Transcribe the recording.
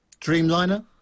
Dreamliner